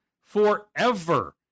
forever